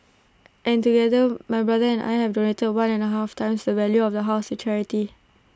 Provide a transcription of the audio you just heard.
and together my brother and I have donated one and A half times the value of the house to charity